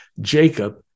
Jacob